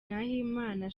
nahimana